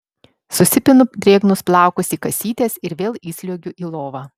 susipinu drėgnus plaukus į kasytes ir vėl įsliuogiu į lovą